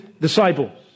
disciples